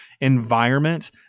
environment